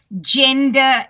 gender